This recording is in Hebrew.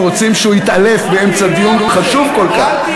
רוצים שהוא יתעלף באמצע דיון חשוב כל כך.